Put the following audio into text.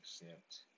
accept